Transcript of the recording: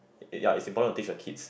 ya it's important to teach your kids